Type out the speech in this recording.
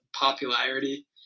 popularity